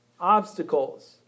obstacles